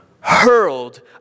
hurled